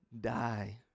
die